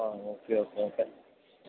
ആ okay okay okay